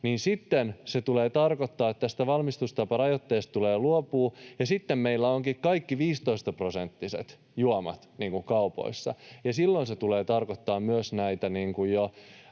sitten se tulee tarkoittamaan, että tästä valmistustaparajoitteesta tulee luopua, ja sitten meillä ovatkin kaikki 15-prosenttiset juomat kaupoissa. Silloin se tulee tarkoittamaan myös näitä